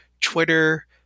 Twitter